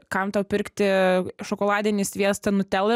kam tau pirkti šokoladinį sviestą nutela